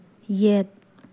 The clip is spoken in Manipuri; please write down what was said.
ꯌꯦꯠ